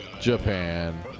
Japan